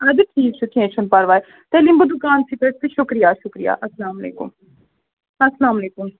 اَدٕ کیٚنٛہہ چھِنہٕ کیٚنٛہہ چھُنہٕ پرواے تیٚلہِ یِم بہٕ دُکانسٕے پیٚٹھ تہٕ شُکریہِ شُکریہِ اَسلام علیکُم اَلسلامُ علیکُم